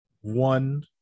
one